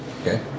okay